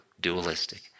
dualistic